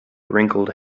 wrinkled